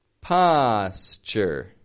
Posture